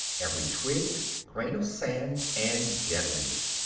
every twig, grain of sand, and dead leaf.